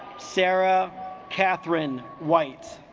sarah catherine white